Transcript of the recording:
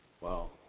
Wow